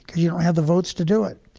you don't have the votes to do it.